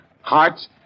Hearts